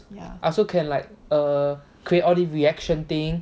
I also can like err create all this reaction thing